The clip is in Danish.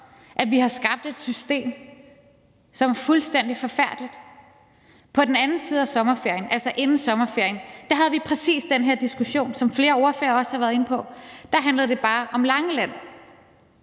at vi har skabt et system, som er fuldstændig forfærdeligt. På den anden side af sommerferien, altså inden sommerferien, havde vi præcis den her diskussion, som flere ordførere også har været inde på. Der handlede det bare om Langeland.